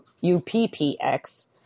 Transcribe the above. U-P-P-X